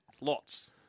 Lots